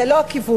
זה לא הכיוון.